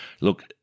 look